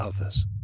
others